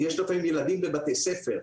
יש לפעמים ילדים בבתי ספר,